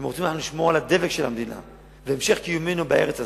אם אנחנו רוצים לשמור על הדבק של המדינה והמשך קיומנו בארץ הזאת,